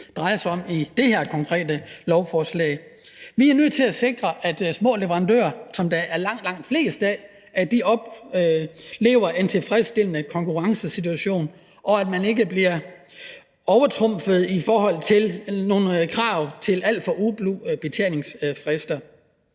drejer sig om i det her konkrete lovforslag. Vi er nødt til at sikre, at små leverandører, som der er langt, langt flest af, oplever en tilfredsstillende konkurrencesituation, og at man ikke bliver overtrumfet af nogle krav i forhold til nogle alt for ublu betalingsfrister.